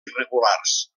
irregulars